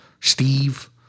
Steve